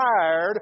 tired